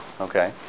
okay